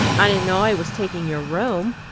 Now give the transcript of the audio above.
i didn't know i was taking your room.